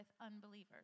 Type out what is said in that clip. unbelievers